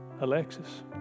Alexis